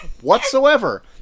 whatsoever